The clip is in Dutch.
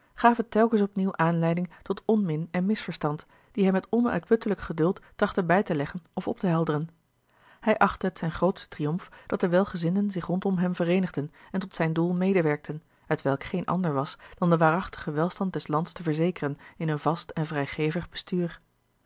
gaven telkens opnieuw aanleiding tot onmin en misverstand die hij met onuitputtelijk geduld trachtte bij te leggen of op te helderen hij achtte het zijn grootsten triomf dat de welgezinden zich rondom hem vereenigden en tot zijn doel medewerkten hetwelk geen ander was dan den waarachtigen welstand des lands te verzekeren in een vast en vrijgevig bestuur